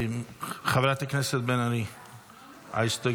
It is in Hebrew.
חברת הכנסת בן ארי, ההסתייגויות?